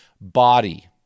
body